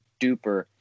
duper